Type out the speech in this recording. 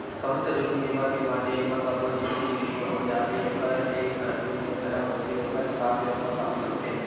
समस्त जोखिम बीमा के माने एमा सब्बो जिनिस के बीमा हो जाथे ओखर एक अलगे नियम धरम होथे ओखर हिसाब ले ओमा सामिल होथे